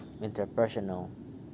interpersonal